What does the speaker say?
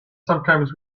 sometimes